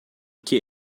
que